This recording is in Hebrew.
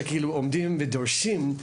שעומדים ודורשים,